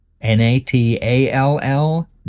N-A-T-A-L-L